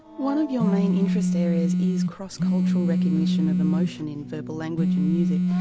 one of your main interest areas is cross-cultural recognition of emotion in verbal language and music.